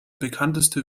bekannteste